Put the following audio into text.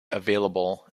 available